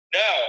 no